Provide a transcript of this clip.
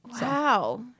Wow